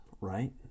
right